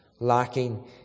lacking